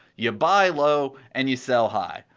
you buy low and you sell high,